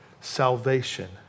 salvation